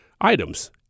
items